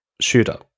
shooter